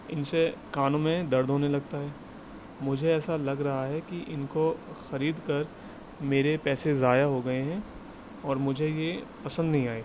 ان سے کانوں میں درد ہونے لگتا ہے مجھے ایسا لگ رہا ہے کہ ان کو خرید کر میرے پیسے ضائع ہو گئے ہیں اور مجھے یہ پسند نہیں آئے